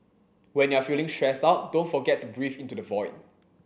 when you are feeling stressed out don't forget to breathe into the void